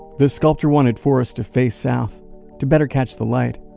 the sculpture wanted forrest to face south to better catch the light,